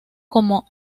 como